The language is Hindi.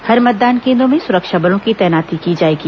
हर मतदान केंद्रों में सुरक्षा बलों की तैनाती की जाएगी